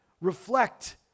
reflect